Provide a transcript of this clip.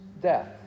death